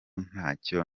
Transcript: ntacyo